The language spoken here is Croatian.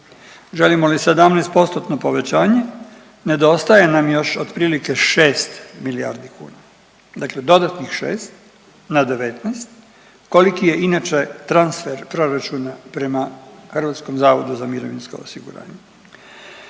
Želimo li 17%-tno povećanje nedostaje nam još otprilike 6 milijardi kuna, dakle dodatnih 6 na 19 koliki je inače transfer proračuna prema HZMO. Jasno je da to ne